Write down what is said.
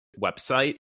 website